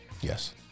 Yes